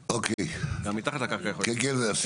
גם מתחת לקרקע --- נגיע לזה.